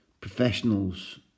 professionals